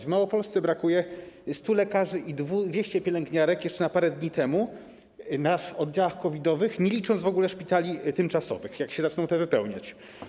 W Małopolsce brakuje 100 lekarzy i 200 pielęgniarek - jeszcze parę dni temu - na oddziałach COVID-owych, nie licząc w ogóle szpitali tymczasowych, jak się zaczną one wypełniać.